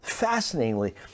Fascinatingly